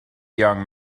young